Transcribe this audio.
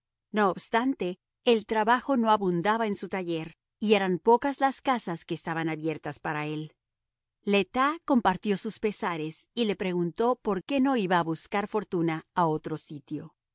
no obstante el trabajo no abundaba en su taller y eran pocas las casas que estaban abiertas para él le tas compartió sus pesares y le preguntó por qué no iba a buscar fortuna a otro sitio